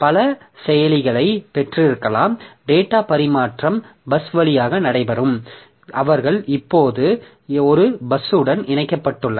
பல செயலிகளைப் பெற்றிருக்கலாம் டேட்டா பரிமாற்றம் பஸ் வழியாக நடைபெறும் அவர்கள் இப்போது ஒரு பஸ்ஸுடன் இணைக்கப்பட்டுள்ளனர்